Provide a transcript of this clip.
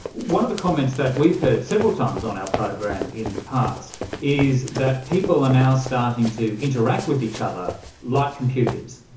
one of the comments that we've heard several times on our program in the past is that people are and now starting to interact with each other like computers.